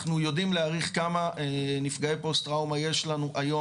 אנחנו יודעים להעריך כמה נפגעי פוסט-טראומה יש לנו היום,